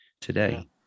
today